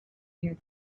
near